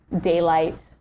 daylight